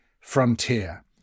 frontier